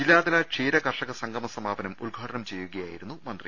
ജില്ലാതല ക്ഷീര കർഷക സംഗമ സമാപനം ഉദ്ഘാ ടനം ചെയ്യുകയായിരുന്നു മന്ത്രി